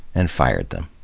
and fired them.